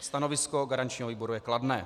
Stanovisko garančního výboru je kladné.